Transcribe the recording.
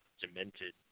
demented